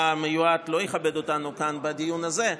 המיועד לא יכבד אותנו כאן בדיון הזה,